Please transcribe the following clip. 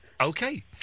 Okay